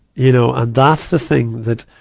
you know, and that's the thing that,